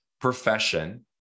profession